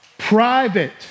private